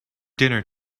dinner